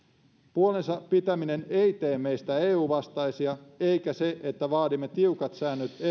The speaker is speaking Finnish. puolensa pitäminen ei tee meistä eu vastaisia eikä se että vaadimme tiukat säännöt eu